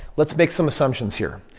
let's make some assumptions here.